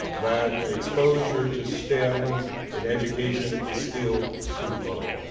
that the exposure to stem in education is still too low.